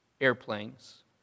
airplanes